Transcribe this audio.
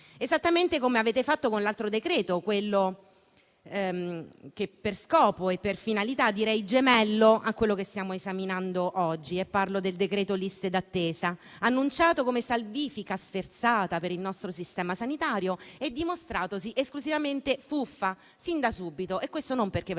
esattamente come avete fatto con l'altro decreto, quello che per finalità definirei gemello a quello che stiamo esaminando oggi. Mi riferisco al decreto liste d'attesa, annunciato come salvifica sferzata per il nostro sistema sanitario e dimostratosi esclusivamente fuffa sin da subito. Questo non perché ve